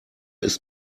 ist